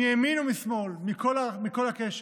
מימין ומשמאל, מכל הקשת.